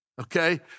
okay